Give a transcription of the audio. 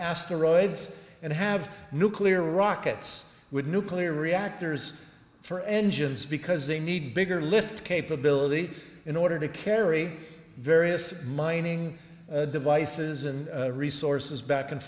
asteroids and have nuclear rockets with nuclear reactors for engines because they need bigger lift capability in order to carry various mining devices and resources back and